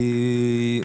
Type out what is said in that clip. הכללי.